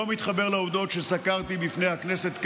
לא מתחבר לעובדות שסקרתי בפני הכנסת כעת.